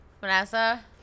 Vanessa